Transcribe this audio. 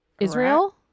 Israel